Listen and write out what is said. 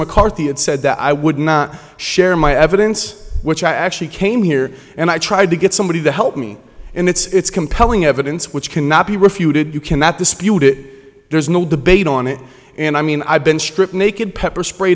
mccarthy and said that i would not share my evidence which i actually came here and i tried to get somebody to help me and it's compelling evidence which cannot be refuted you cannot dispute it there's no debate on it and i mean i've been stripped naked pepper spray